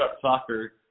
soccer